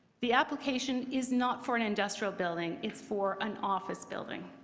the application is not for an industrial building. it's for an office building.